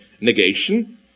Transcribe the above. negation